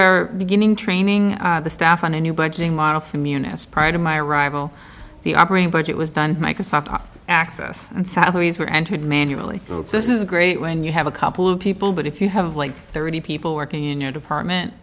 are beginning training the staff on a new budgeting model for munis prior to my arrival the operating budget was done microsoft access and salaries were entered manually so this is great when you have a couple of people but if you have like thirty people working in your department